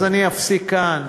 אז אני אפסיק כאן.